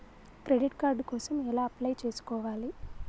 Credit card కోసం ఎలా apply చేసుకోవాలి?